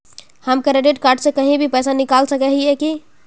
हम credit card से कहीं भी पैसा निकल सके हिये की?